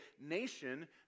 nation